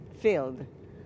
filled